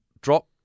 drop